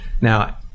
Now